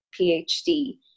PhD